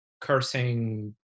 cursing